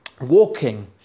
walking